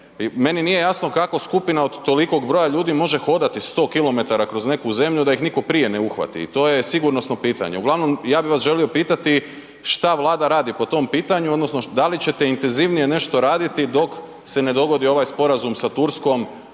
meni nije jasno kako skupina od tolikog broja ljudi može hodati 100 kilometara kroz neku zemlju da ih niko prije ne uhvati i to je sigurnosno pitanje? Uglavnom ja bih vas želio pitati šta Vlada radi po tom pitanju odnosno da li ćete intenzivnije nešto raditi dok se ne dogodi ovaj sporazum sa Turskom